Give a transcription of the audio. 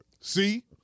See